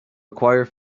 acquire